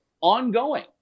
ongoing